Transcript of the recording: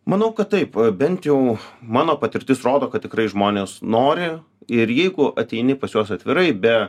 manau kad taip bent jau mano patirtis rodo kad tikrai žmonės nori ir jeigu ateini pas juos atvirai be